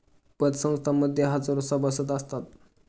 पतसंस्थां मध्ये हजारो सभासद असतात